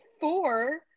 four